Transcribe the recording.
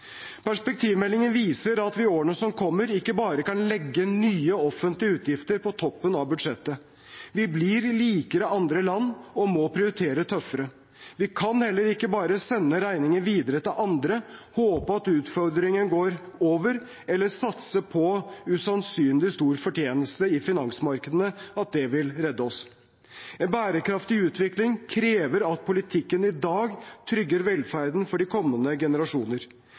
Perspektivmeldingen viser at vi i årene som kommer, ikke bare kan legge nye offentlige utgifter på toppen av budsjettet. Vi blir likere andre land og må prioritere tøffere. Vi kan heller ikke bare sende regningen videre til andre, håpe at utfordringene går over, eller satse på at en usannsynlig stor fortjeneste i finansmarkedene vil redde oss. En bærekraftig utvikling krever at politikken i dag trygger velferden for de kommende generasjoner.